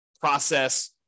process